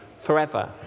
forever